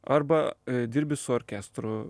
arba dirbi su orkestru